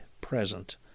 present